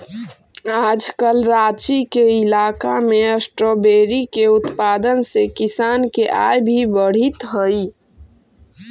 आजकल राँची के इलाका में स्ट्राबेरी के उत्पादन से किसान के आय भी बढ़ित हइ